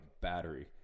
battery